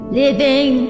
living